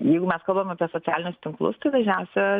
jeigu mes kalbam apie socialinius tinklus tai dažniausia